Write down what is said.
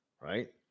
right